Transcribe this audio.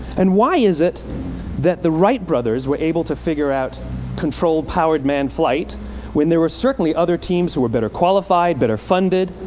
and why is it that the wright brothers were able to figure out controlled, powered man flight when there were certainly other teams who were better qualified, better funded